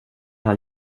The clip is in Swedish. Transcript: han